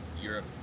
Europe